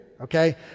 Okay